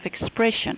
expression